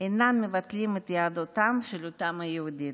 אינן מבטלות את יהדותם של אותם היהודים.